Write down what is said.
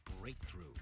breakthrough